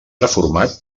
reformat